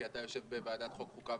כי אתה חבר בוועדת החוקה,